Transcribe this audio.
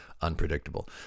unpredictable